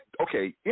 okay